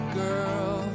girl